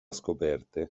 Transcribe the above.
scoperte